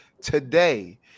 today